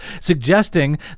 suggesting